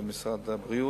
במשרד הבריאות.